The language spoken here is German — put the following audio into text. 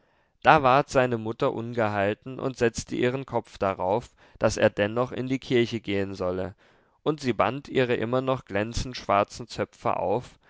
da ward seine mutter ungehalten und setzte ihren kopf darauf daß er dennoch in die kirche gehen solle und sie band ihre immer noch glänzend schwarzen zöpfe auf